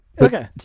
Okay